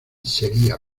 sería